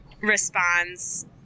responds